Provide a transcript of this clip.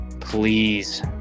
please